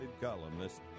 columnist